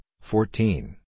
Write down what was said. fourteen